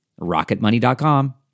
rocketmoney.com